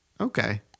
Okay